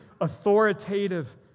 authoritative